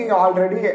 already